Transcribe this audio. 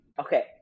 okay